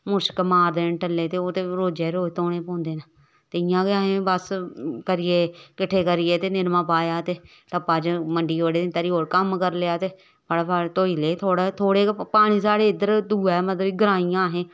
मुश्क मारदे न टल्ले ते ओह् ते रोजे दे रोज धोने पोंदे न ते इ'यां गै बस करियै किट्ठे करियै ते निरमा पाया ते टप्पा च मंडी औड़े धरी औड़े ते होर कम्म करी लेआ ते फटाफट धोई ले थोह्ड़ा थोह्ड़े गै पानी साढ़े इद्धर दूआ ऐ मतलब ग्राईं आं अहें